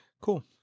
Cool